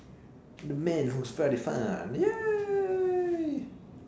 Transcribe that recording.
the man who's very fun !yay!